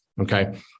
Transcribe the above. okay